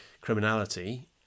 criminality